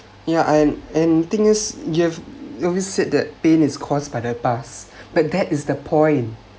yeah and and thing is you have always said that pain is caused by the past but that is the point